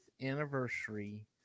anniversary